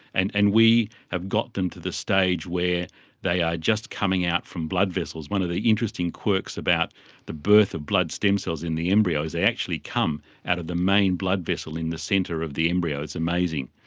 and and we have got them to the stage where they are just coming out from blood vessels, one of the interesting quirks about the birth of blood stem cells in the embryo is they actually come out of the main blood vessel in the centre of the embryo, it's amazing,